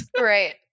Right